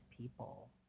people